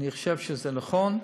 אני חושב שזה נכון,